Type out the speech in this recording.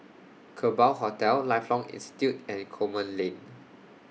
Kerbau Hotel Lifelong Institute and Coleman Lane